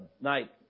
night